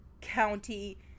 county